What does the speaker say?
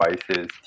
spices